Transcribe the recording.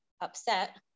upset